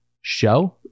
show